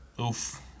Oof